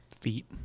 Feet